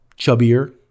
chubbier